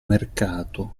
mercato